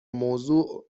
موضوع